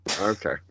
Okay